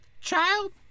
child